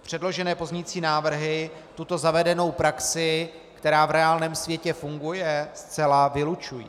Předložené pozměňující návrhy tuto zavedenou praxi, která v reálném světě funguje, zcela vylučují.